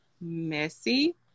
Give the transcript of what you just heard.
messy